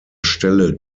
stelle